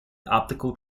optical